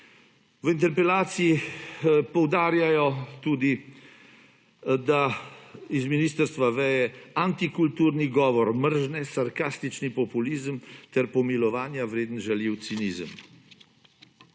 V interpelaciji poudarjajo tudi, da iz ministrstva veje antikulturni govor, mržnje, sarkastični populizem ter pomilovanja vreden žaljiv cinizem.